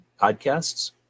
podcasts